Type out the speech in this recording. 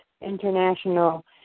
International